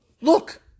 Look